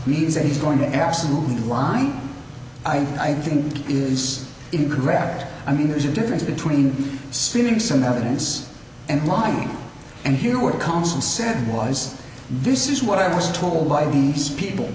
means that he's going to absolutely line i think is incorrect i mean there's a difference between stealing some evidence and lying and here we're constance said was this is what i was told by these people